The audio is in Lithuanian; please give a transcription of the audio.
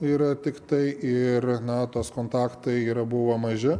yra tiktai ir na tos kontaktai yra buvo maži